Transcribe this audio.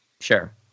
Sure